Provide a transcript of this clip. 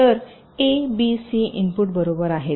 तर A B C input बरोबर आहेत